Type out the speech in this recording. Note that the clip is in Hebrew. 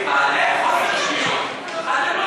איך אתה רוצה בשבילו מדינה?